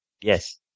Yes